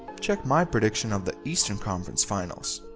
check my prediction of the eastern conference finals.